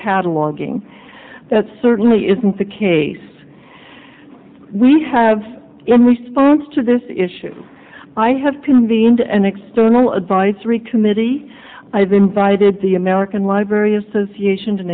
cataloguing that certainly isn't the case we have in response to this issue i have convened an external advisory committee i've invited the american library association to